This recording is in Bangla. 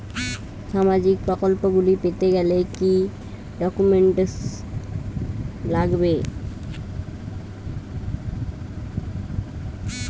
সামাজিক প্রকল্পগুলি পেতে গেলে কি কি ডকুমেন্টস লাগবে?